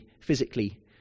physically